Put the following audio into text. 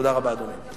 תודה רבה, אדוני.